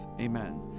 amen